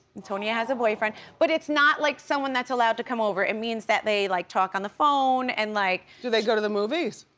antonia has a boyfriend, but it's not like someone that's allowed to come over. it means that they like talk on the phone and like do they go to the movies?